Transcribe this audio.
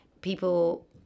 people